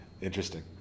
Interesting